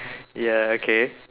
ya okay